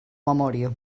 memòria